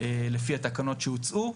לפי התקנות שהוצאו.